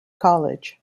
college